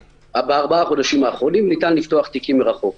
בארבעה החודשים האחרונים ניתן לפתוח תיקים מרחוק.